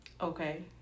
Okay